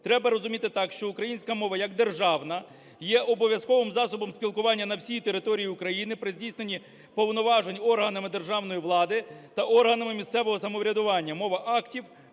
треба розуміти так, що українська мова як державна є обов'язковим засобом спілкування на всій території України при здійсненні повноважень органами державної влади та органами місцевого самоврядування, мова актів,